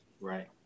Right